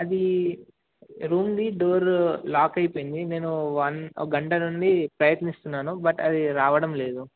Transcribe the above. అది రూమ్ది door lock అయిపోయింది నేను వన్ ఒక గంట నుండి ప్రయత్నిస్తున్నాను బట్ అది రావడం లేదు